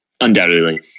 undoubtedly